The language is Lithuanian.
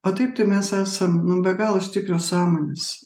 o taip tai mes esam nu be galo stiprios sąmonės